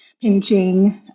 pinching